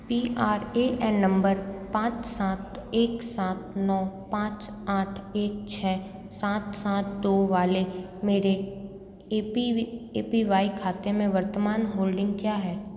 P R A N number पाँच सात एक सात नौ पाँच आठ एक छः सात सात दो वाले मेरे A P V A P Y खाते में वर्तमान होल्डिंग क्या है